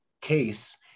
case